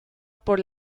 por